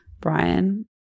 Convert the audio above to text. Brian